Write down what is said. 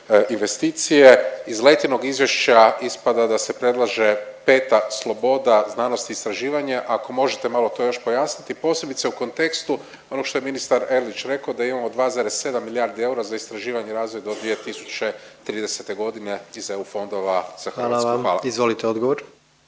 Hvala vam. Izvolite odgovor.